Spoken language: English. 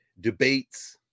debates